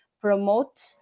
promote